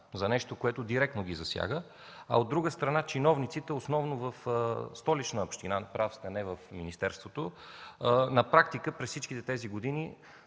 за нещо, което директно ги засяга. А, от друга страна, чиновниците, основно в Столична община, прав сте, не в Министерството, на практика през всичките тези години